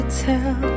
tell